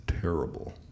Terrible